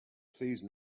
please